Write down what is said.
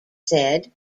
said